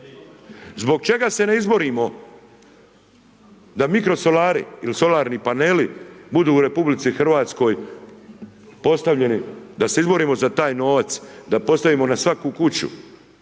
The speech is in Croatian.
Zbog čega se ne izborimo da mikrosolari ili solarni paneli budu u Republici Hrvatskoj postavljeni, da se izborimo za taj novac, da postavimo na svaku kuću,